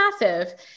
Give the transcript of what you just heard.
massive